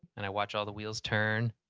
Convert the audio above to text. and i watch all the wheels turn,